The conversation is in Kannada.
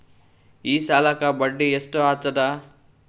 ಈ ಸಾಲಕ್ಕ ಬಡ್ಡಿ ಎಷ್ಟ ಹತ್ತದ?